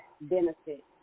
benefit